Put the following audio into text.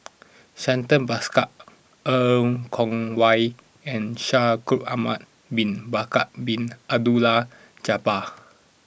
Santha Bhaskar Er Kwong Wah and Shaikh Ahmad Bin Bakar Bin Abdullah Jabbar